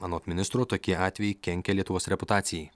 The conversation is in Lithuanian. anot ministro tokie atvejai kenkia lietuvos reputacijai